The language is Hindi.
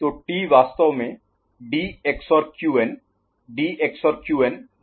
तो T वास्तव में D XOR Qn D XOR Qn बन जाता है